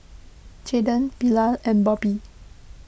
Jaden Bilal and Bobbie